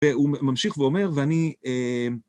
והוא ממשיך ואומר, ואני...